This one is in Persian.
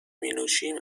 مینوشیم